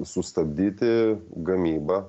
sustabdyti gamybą